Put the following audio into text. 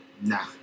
Nah